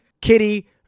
kitty